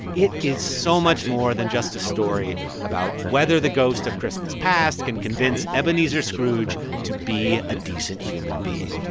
it is so much more than just a story about whether the ghost of christmas past can convince ebenezer scrooge to be a decent human being